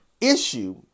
issue